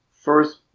first